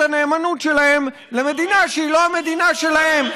הנאמנות שלהם למדינה שהיא לא המדינה שלהם.